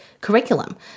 curriculum